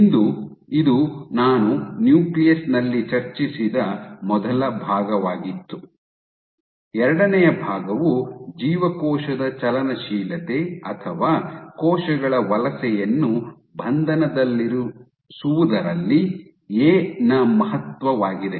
ಇಂದು ಇದು ನಾನು ನ್ಯೂಕ್ಲಿಯಸ್ ನಲ್ಲಿ ಚರ್ಚಿಸಿದ ಮೊದಲ ಭಾಗವಾಗಿತ್ತು ಎರಡನೆಯ ಭಾಗವು ಜೀವಕೋಶದ ಚಲನಶೀಲತೆ ಅಥವಾ ಕೋಶಗಳ ವಲಸೆಯನ್ನು ಬಂಧನದಲ್ಲಿರಿಸುವುದರಲ್ಲಿ ಎ ನ ಮಹತ್ವವಾಗಿದೆ